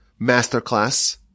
masterclass